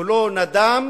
קולו נדם